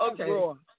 Okay